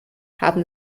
haben